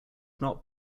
not